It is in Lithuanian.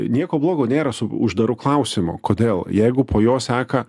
nieko blogo nėra su uždaru klausimu kodėl jeigu po jo seka